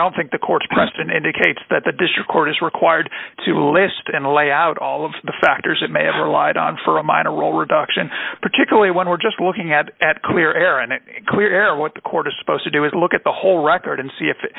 don't think the court's preston indicates that the district court is required to list and lay out all of the factors that may have relied on for a minor role reduction particularly when we're just looking at at clear air and it clear what the court is supposed to do is look at the whole record and see if i